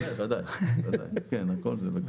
כן, כמובן.